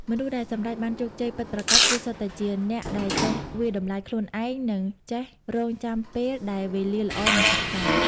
មនុស្សដែលសម្រេចបានជោគជ័យពិតប្រាកដ គឺសុទ្ធតែជាអ្នកដែលចេះវាយតម្លៃខ្លួនឯង និងចេះរង់ចាំពេលដែលវេលាល្អ និងសាកសម។